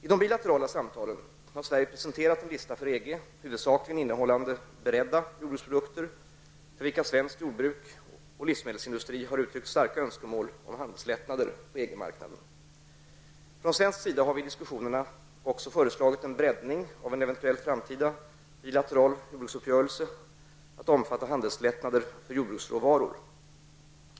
I de bilaterala samtalen har Sverige presenterat en lista för EG huvudsakligen innehållande beredda jordbruksprodukter för vilka svenskt jordbruk och livsmedelsindustri uttryckt starka önskemål om handelslättnader på EG-marknaden. Från svensk sida har vi i diskussionerna även föreslagit en breddning av en eventuell framtida bilateral jordbruksuppgörelse att omfatta handelslättnader för jordbruksråvaror.